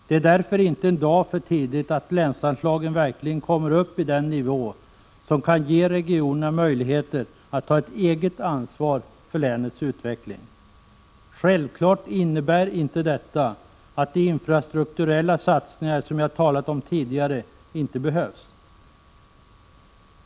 Det är därför inte en dag för tidigt att länsanslagen kommer upp i den nivå som kan ge regionerna möjlighet att ta ett eget ansvar för länets utveckling. Självfallet innebär inte detta att de infrastrukturella satsningar som jag har talat om tidigare inte behövs.